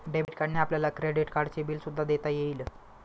debit कार्डने आपल्याला credit कार्डचे बिल सुद्धा देता येईल